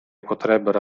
potrebbero